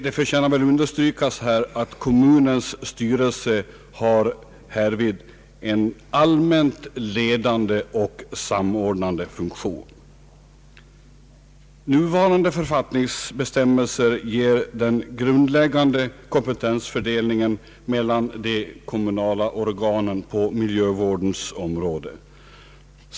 Det förtjänar understrykas att kommunens styrel se härvid har en allmänt ledande och samordnande funktion. Nuvarande författningsbestämmelser ger den grundläggande kompetensfördelningen mellan de kommunala organen på miljövårdens område.